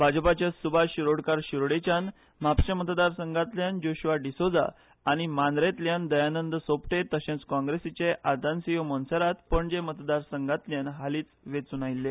भाजपाचे सुभाश शीरोडकार शीरोडेच्यान म्हापशे मतदारसंघातल्यान जोश्रआ डीसोजा आनी मांद्रेतल्यान दयानंद सोपटे तशेंच काँग्रेसीचे आंतासीयो मोंसेरात पणजे मतदारसंघातल्यान हालींच वेंचुन आयील्ले